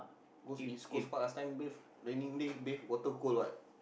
goes East-Coast-Park last time bathe raining day bathe water cold what